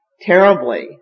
terribly